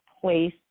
place